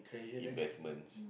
investments